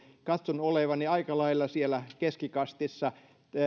katson olevani aika lailla siellä keskikastissa